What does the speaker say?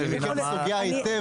אני מכיר את הסוגיה היטב.